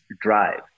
drive